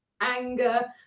anger